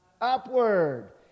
Upward